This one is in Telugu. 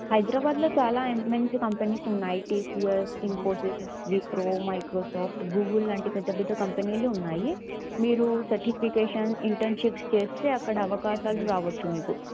హైదరాబాద్లో చాలా ఎంఎన్సి కంపెనీస్ ఉన్నాయి టీసిఎస్ ఇన్కోసిస్ విప్రో మైక్రోసాఫ్ట్ గూగుల్ లాంటి పెద్ద కంపెనీలు ఉన్నాయి మీరు సర్టిఫికేషన్స్ ఇంటర్న్షిప్ చేస్తే అక్కడ అవకాశాలు రావచ్చు మీకు